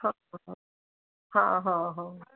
ਹਾਂ ਹਾਂ ਹਾਂ